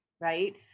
right